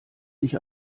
sich